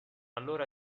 allora